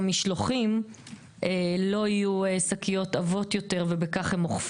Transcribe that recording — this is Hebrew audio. אנחנו מסבכים.